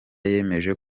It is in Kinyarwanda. yemeza